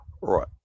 Right